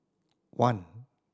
one